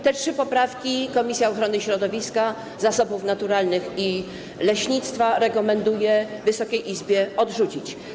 Te trzy poprawki Komisja Ochrony Środowiska, Zasobów Naturalnych i Leśnictwa rekomenduje Wysokiej Izbie odrzucić.